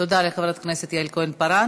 תודה לחברת הכנסת יעל כהן-פארן.